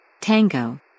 Tango